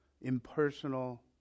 Impersonal